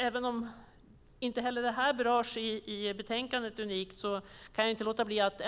Även om inte heller detta berörs i betänkandet kan jag inte låta bli att